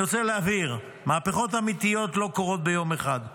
אני רוצה להבהיר: מהפכות אמיתיות לא קורות ביום אחד.